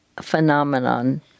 phenomenon